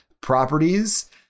properties